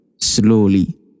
slowly